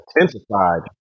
intensified